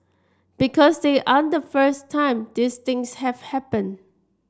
because they aren't the first time these things have happened